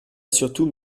surtout